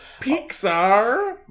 Pixar